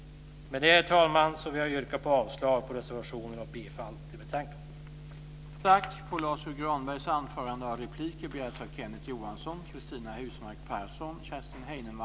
Herr talman! Med det vill jag yrka avslag på reservationerna och bifall till hemställan i betänkandet.